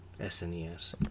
SNES